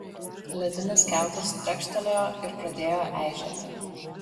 ledinis kiautas trekštelėjo ir pradėjo eižėti